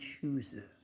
chooses